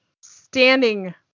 standing